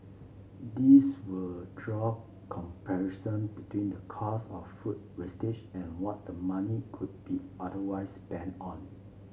these will draw comparison between the cost of food wastage and what the money could be otherwise spent on